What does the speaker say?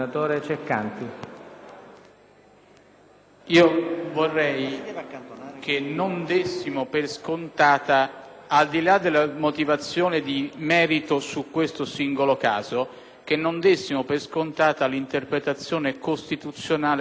vorrei che non dessimo per scontata, al di là della motivazione di merito su questo singolo caso, l'interpretazione costituzionale che ha proposto il presidente Pera,